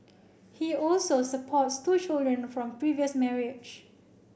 he also supports two children from previous marriage